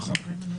נכון.